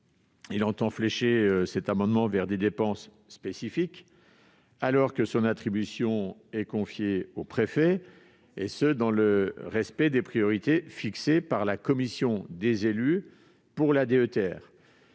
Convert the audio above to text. de flécher la dotation vers des dépenses spécifiques, alors que son attribution est confiée aux préfets, dans le respect des priorités fixées par la commission des élus pour la DETR.